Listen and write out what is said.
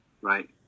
right